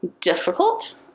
difficult